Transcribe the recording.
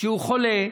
שהוא חולה,